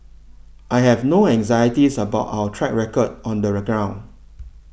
I have no anxieties about our track record on the reground